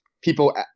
People